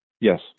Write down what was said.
Yes